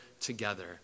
together